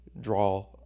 draw